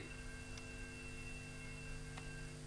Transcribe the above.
הוא רצון בסיסי של כל מי שמוכר מוצר - האם לחייב אותו?